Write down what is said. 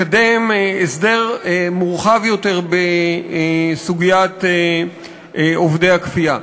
לקדם הסדר מורחב יותר בסוגיית עובדי הכפייה.